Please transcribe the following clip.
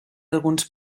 alguns